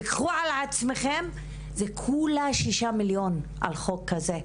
תיקחו על עצמכם, זה כולה 6 מיליון על חוק כזה.